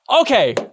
Okay